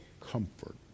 comfort